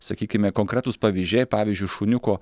sakykime konkretūs pavyzdžiai pavyzdžiui šuniuko